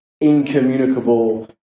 incommunicable